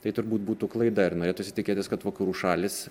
tai turbūt būtų klaida ir norėtųsi tikėtis kad vakarų šalys